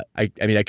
i mean, like